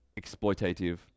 exploitative